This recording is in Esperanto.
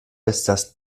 estas